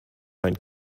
mein